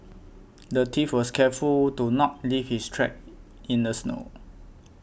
the thief was careful to not leave his tracks it in the snow